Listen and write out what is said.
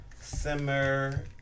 simmer